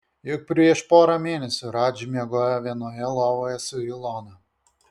juk prieš porą mėnesių radži miegojo vienoje lovoje su ilona